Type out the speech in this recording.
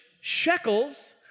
shekels